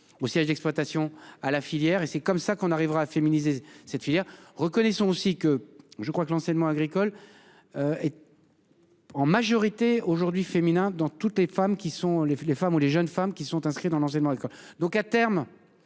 au siège d'exploitation à la filière et c'est comme ça qu'on arrivera à féminiser cette filière reconnaissons aussi que je crois que l'enseignement agricole. Et. En majorité aujourd'hui féminin dans toutes les femmes qui sont les les femmes ou les jeunes femmes qui sont inscrits dans l'enseignement quoi donc à terme.